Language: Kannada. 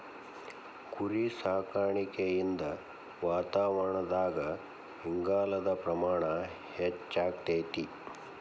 ಕುರಿಸಾಕಾಣಿಕೆಯಿಂದ ವಾತಾವರಣದಾಗ ಇಂಗಾಲದ ಪ್ರಮಾಣ ಹೆಚ್ಚಆಗ್ತೇತಿ